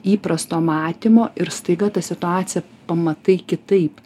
įprasto matymo ir staiga tą situaciją pamatai kitaip